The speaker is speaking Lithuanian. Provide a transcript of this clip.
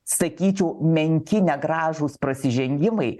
sakyčiau menki negražūs prasižengimai